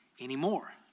anymore